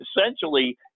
essentially